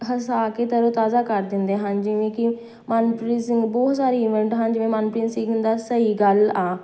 ਹਸਾ ਕੇ ਤਰੋ ਤਾਜ਼ਾ ਕਰ ਦਿੰਦੇ ਹਨ ਜਿਵੇਂ ਕਿ ਮਨਪ੍ਰੀਤ ਸਿੰਘ ਬਹੁਤ ਸਾਰੀ ਈਵੈਂਟ ਹਨ ਜਿਵੇਂ ਮਨਪ੍ਰੀਤ ਸਿੰਘ ਦਾ ਸਹੀ ਗੱਲ ਆ